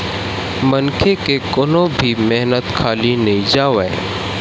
मनखे के कोनो भी मेहनत खाली नइ जावय